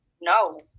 No